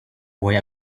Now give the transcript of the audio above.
boy